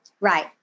Right